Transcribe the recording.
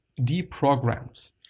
deprogrammed